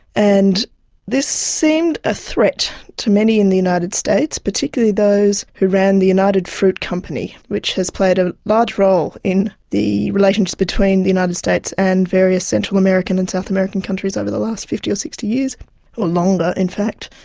and this seemed a threat to many in the united states, particularly those who ran the united fruit company, which has played a large role in the relations between the united states and various central american and south american countries over the last fifty or sixty years or longer in fact.